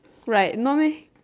right no meh